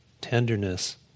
tenderness